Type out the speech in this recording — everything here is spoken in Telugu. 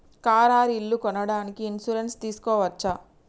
కారు ఆర్ ఇల్లు కొనడానికి ఇన్సూరెన్స్ తీస్కోవచ్చా?